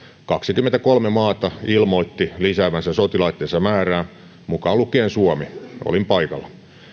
kaksikymmentäkolme maata ilmoitti lisäävänsä sotilaittensa määrää mukaan lukien suomi olin paikalla